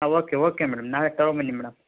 ಹಾಂ okay okay madam ನಾಳೆ ತಗೊಂಬನ್ನಿ ಮೇಡಮ್